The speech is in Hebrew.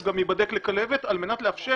הוא גם ייבדק לכלבת על מנת לאפשר